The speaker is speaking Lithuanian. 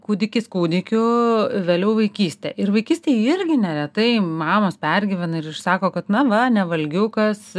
kūdikis kūdikiu vėliau vaikystė ir vaikystėje irgi neretai mamos pergyvena ir sako kad na va nevalgiukas